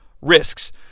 risks